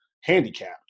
handicapped